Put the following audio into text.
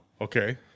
Okay